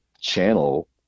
channel